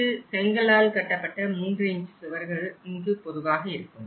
இது செங்கலால் கட்டப்பட்ட 3இன்ச் சுவர்கள் இங்கு பொதுவாக இருக்கும்